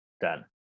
Done